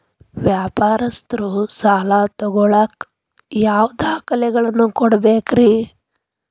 ವ್ಯಾಪಾರಸ್ಥರು ಸಾಲ ತಗೋಳಾಕ್ ಯಾವ ದಾಖಲೆಗಳನ್ನ ಕೊಡಬೇಕ್ರಿ?